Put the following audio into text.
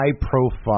high-profile